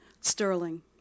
Sterling